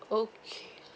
okay